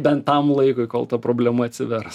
bent tam laikui kol ta problema atsivers